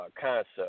concept